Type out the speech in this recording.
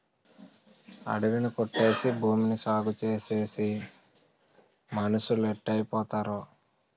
అడివి ని కొట్టేసి భూమిని సాగుచేసేసి మనుసులేటైపోతారో